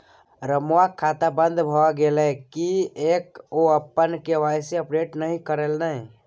रमुआक खाता बन्द भए गेलै किएक ओ अपन के.वाई.सी अपडेट नहि करेलनि?